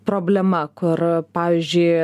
problema kur pavyzdžiui